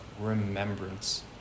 remembrance